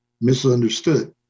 misunderstood